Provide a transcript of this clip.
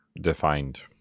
defined